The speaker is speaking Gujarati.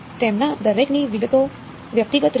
હા તેમાંના દરેકની વિગતો વ્યક્તિગત રીતે